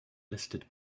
listed